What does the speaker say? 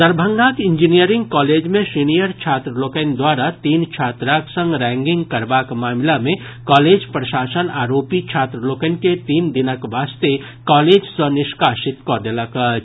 दरभंगाक engineering college मे senior छात्र लोकनि द्वारा तीन छात्राक संग रैंगिंग करबाक मामिला मे कॉलेज प्रशासन आरोपी छात्र लोकनि के तीन दिनक वास्ते कॉलेज सॅ निष्कासित कऽ देलक अछि